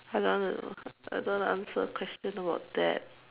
I don't want to I don't want to answer questions about that